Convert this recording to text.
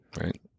Right